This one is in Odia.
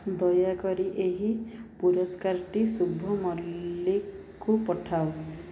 ଦୟାକରି ଏହି ପୁରସ୍କାରଟି ଶୁଭ ମଲ୍ଲିକୁ ପଠାଅ